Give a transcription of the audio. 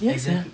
ya sia